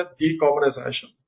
decarbonisation